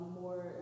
more